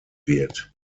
wird